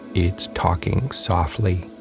it's talking softly,